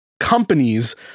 Companies